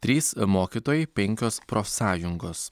trys mokytojai penkios profsąjungos